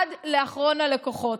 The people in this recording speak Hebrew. עד לאחרון הלקוחות.